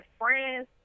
friends